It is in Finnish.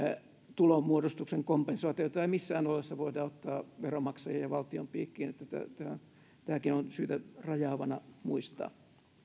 tulonmuodostuksen kompensaatiota ei missään oloissa voida ottaa veronmaksajien ja valtion piikkiin että tämäkin on syytä rajaavana muistaa